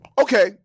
Okay